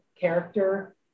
character